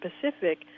Pacific